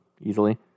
easily